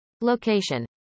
Location